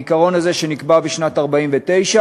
העיקרון הזה, שנקבע בשנת 1949,